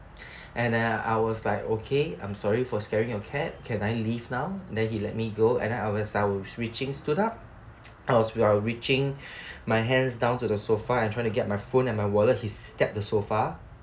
and then I was like okay I'm sorry for scaring your cat can I leave now and then he let me go and then as I was reaching stood up I was reaching my hands down to the sofa trying to get my phone and my wallet he stabbed the sofa